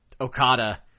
Okada